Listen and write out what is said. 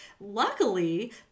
luckily